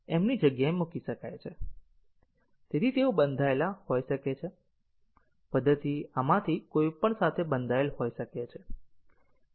તેઓ બંધાયેલા હોઈ શકે છે પદ્ધતિ આમાંથી કોઈપણ સાથે બંધાયેલ હોઈ શકે છે